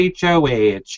HOH